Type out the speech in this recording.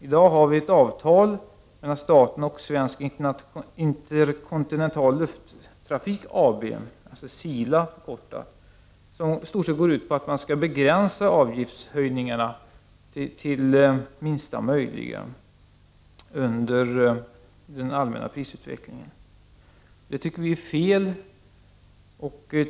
I dag har vi ett avtal mellan staten och Svensk Interkontinental Lufttrafik AB, förkortat SILA, som i stort sett går ut på att man skall begränsa avgiftshöjningarna till minsta möjliga med hänsyn till den allmänna prisutvecklingen. Det tycker vi är fel.